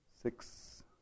six